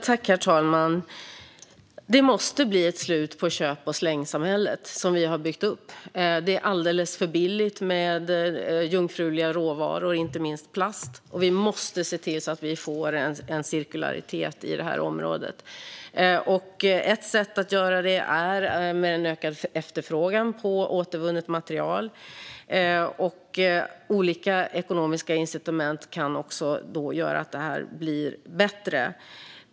Herr talman! Det måste bli ett slut på köp och slängsamhället som vi har byggt upp. Det är alldeles för billigt med jungfruliga råvaror, inte minst plast. Vi måste se till att få cirkularitet på detta område. Ett sätt att göra det är att öka efterfrågan på återvunnet material. Olika ekonomiska incitament kan göra att det blir bättre.